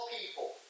people